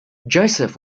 joseph